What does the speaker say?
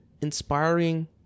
inspiring